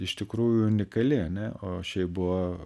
iš tikrųjų unikali ane o šiaip buvo